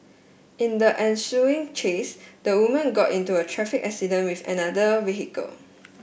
in the ensuing chase the woman got into a traffic accident with another vehicle